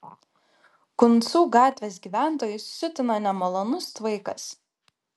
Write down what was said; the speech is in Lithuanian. kuncų gatvės gyventojus siutina nemalonus tvaikas